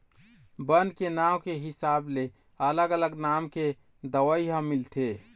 बन के नांव के हिसाब ले अलग अलग नाम के दवई ह मिलथे